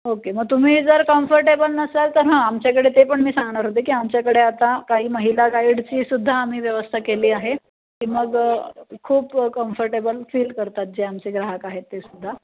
okay मग तुम्ही जर कम्फर्टेबल नसाल तर हं आमच्याकडे ते पण मी सांगणार होते की आमच्याकडे आता काही महिला गाईडचीसुद्धा आम्ही व्यवस्था केली आहे की मग खूप कम्फर्टेबल फील करतात जे आमचे ग्राहक आहेत ते सुद्धा